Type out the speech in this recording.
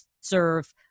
serve